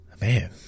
man